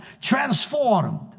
transformed